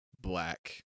black